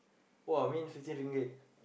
!wah! I mean fifty Ringgit